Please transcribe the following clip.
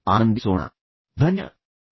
ಮತ್ತೊಮ್ಮೆ ಧನ್ಯವಾದಗಳು